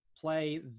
play